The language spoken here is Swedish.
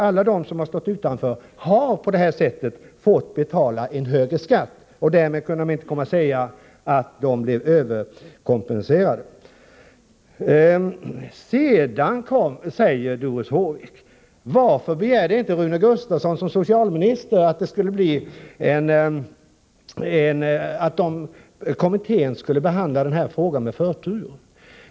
Alla de som har stått utanför har på det här sättet fått betala en högre skatt, och man kan alltså inte säga att de blev överkompenserade. Sedan frågar Doris Håvik: Varför begärde inte Rune Gustavsson som socialminister att kommittén skulle behandla denna fråga med förtur?